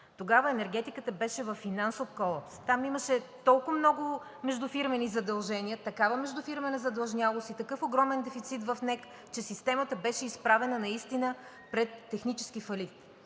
Тогава енергетиката беше във финансов колапс. Там имаше толкова много междуфирмени задължения, такава междуфирмена задлъжнялост и такъв огромен дефицит в НЕК, че системата беше изправена наистина пред технически фалит.